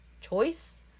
choice